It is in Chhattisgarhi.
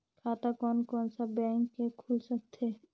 खाता कोन कोन सा बैंक के खुल सकथे?